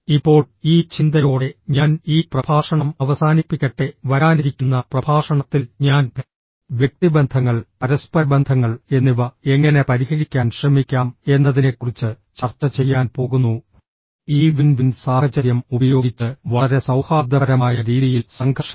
ഇപ്പോൾ ഈ ചിന്തയോടെ ഞാൻ ഈ പ്രഭാഷണം അവസാനിപ്പിക്കട്ടെ വരാനിരിക്കുന്ന പ്രഭാഷണത്തിൽ ഞാൻ വ്യക്തിബന്ധങ്ങൾ പരസ്പരബന്ധങ്ങൾ എന്നിവ എങ്ങനെ പരിഹരിക്കാൻ ശ്രമിക്കാം എന്നതിനെക്കുറിച്ച് ചർച്ച ചെയ്യാൻ പോകുന്നു ഈ വിൻ വിൻ സാഹചര്യം ഉപയോഗിച്ച് വളരെ സൌഹാർദ്ദപരമായ രീതിയിൽ സംഘർഷങ്ങൾ